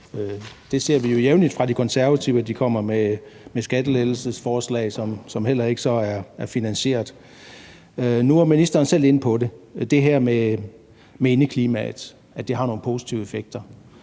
Det ser vi jo jævnligt fra De Konservative, altså at de kommer med skattelettelsesforslag, som så heller ikke er finansieret. Nu var ministeren selv inde på det, altså det her med, at indeklimaet har nogle positive effekter.